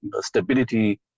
stability